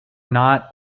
not